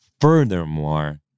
furthermore